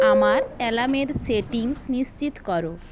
আমার অ্যালার্মের সেটিংস নিশ্চিত করো